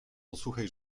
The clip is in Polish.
posłuchaj